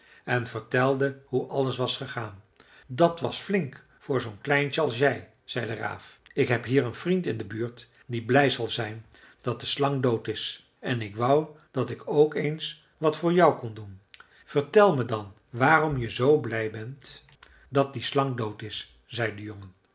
en vertelde hoe alles was gegaan dat was flink voor zoo'n kleintje als jij zei de raaf ik heb hier een vriend in de buurt die blij zal zijn dat de slang dood is en ik wou dat ik ook eens wat voor jou kon doen vertel me dan waarom je zoo blij bent dat die slang dood is zei de jongen